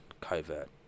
covert